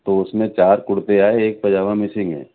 تو اس میں چار کرتے آئے ایک پاجامہ مسنگ ہے